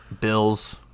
Bills